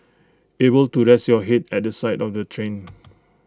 able to rest your Head at the side of the train